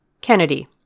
Kennedy